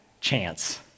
chance